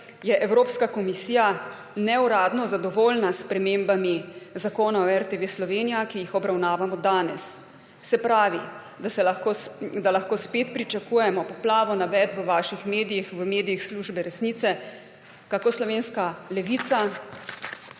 je Evropska komisija neuradno zadovoljna s spremembami Zakona o RTV Slovenija, ki jih obravnavamo danes. Se pravi, da lahko spet pričakujemo poplavo navedb v vaših medijih, v medijih službe resnice, kako slovenska levica